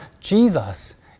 Jesus